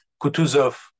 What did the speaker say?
kutuzov